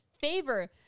favor